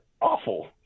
awful